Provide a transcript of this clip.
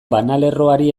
banalerroari